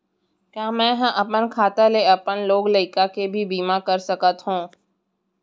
का मैं ह अपन खाता ले अपन लोग लइका के भी बीमा कर सकत हो